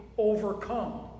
overcome